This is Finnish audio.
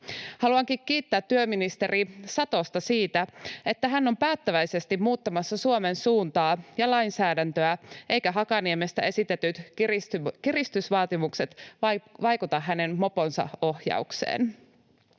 Haluankin kiittää työministeri Satosta siitä, että hän on päättäväisesti muuttamassa Suomen suuntaa ja lainsäädäntöä eivätkä Hakaniemestä esitetyt kiristysvaatimukset vaikuta hänen moponsa ohjaukseen.